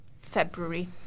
February